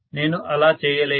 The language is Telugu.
నేను అలా చేయలేను